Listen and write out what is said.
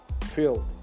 field